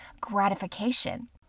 gratification